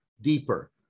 deeper